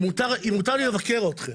אם מותר לי לבקר אתכם,